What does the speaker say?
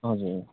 हजुर